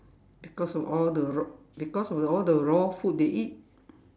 because of all the raw because of all the raw food they eat